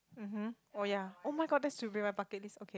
um hmm oh ya oh-my-god that should be my bucket list okay